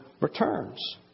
returns